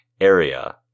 area